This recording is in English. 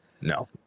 No